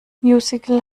musical